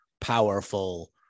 powerful